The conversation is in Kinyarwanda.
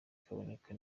kaboneka